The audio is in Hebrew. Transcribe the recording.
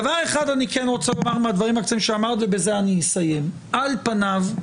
דבר אחד אני כן רוצה לומר מהדברים הקצרים שאמרת ובזה אסיים: על פניו,